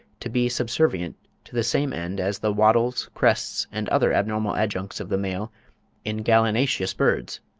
to be subservient to the same end as the wattles, crests, and other abnormal adjuncts of the male in gallinaceous birds,